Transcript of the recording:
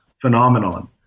phenomenon